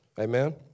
Amen